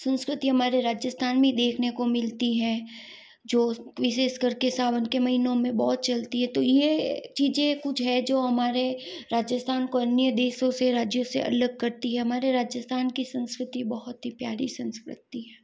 संस्कृति हमारे राजस्थान में ही देखने को मिलती है जो विशेष कर के सावन के महीनों में बहुत चलती है तो ये चीज़ें कुछ हैं जो हमारे राजस्थान को अन्य देशों से राज्यों से अलग करती है हमारे राजस्थान की संस्कृति बहुत ही प्यारी संस्कृति है